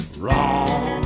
wrong